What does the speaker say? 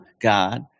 God